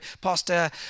Pastor